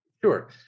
Sure